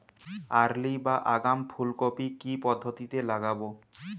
Early বা আগাম ফুল কপি কি পদ্ধতিতে লাগাবো?